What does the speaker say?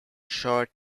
short